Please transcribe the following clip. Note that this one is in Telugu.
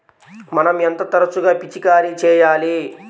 మనం ఎంత తరచుగా పిచికారీ చేయాలి?